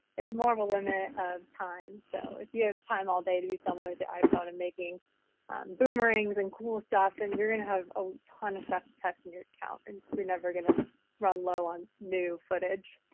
it's more of a limit of time. so if you have time all day to be filming with your iphone and making boomerangs and cool stuff then and you're gonna have a ton of stuff to test in your account and you're never gonna run low on new footage.